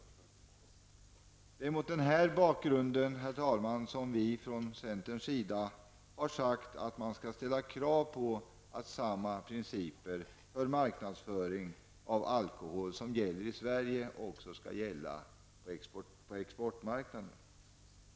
Herr talman! Det är därför som vi i centern har uttalat att man skall ställa krav på att samma principer för marknadsföring av alkohol som gäller i Sverige också skall omfatta exportmarknaderna.